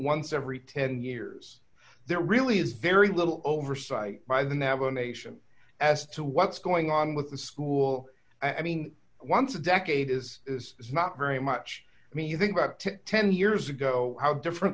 once every ten years there really is very little oversight by the navajo nation as to what's going on with the school i mean once a decade is it's not very much i mean you think about ten years ago how different